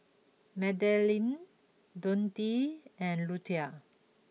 Madelene Dontae and Luther